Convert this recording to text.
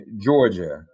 georgia